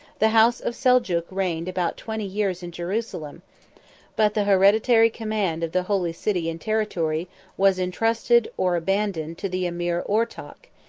the house of seljuk reigned about twenty years in jerusalem but the hereditary command of the holy city and territory was intrusted or abandoned to the emir ortok,